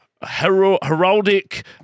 heraldic